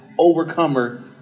overcomer